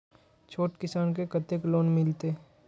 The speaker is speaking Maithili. छोट किसान के कतेक लोन मिलते?